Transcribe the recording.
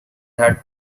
had